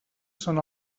són